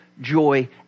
joy